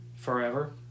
Forever